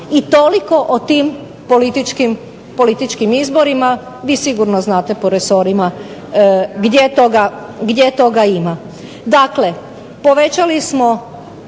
i toliko o tim političkim izborima, vi sigurno znate po resorima gdje toga ima.